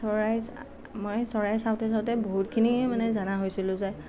চৰাই মই চৰাই চাওঁতে চাওঁতে বহুতখিনিয়ে মানে জনা হৈছিলোঁ যে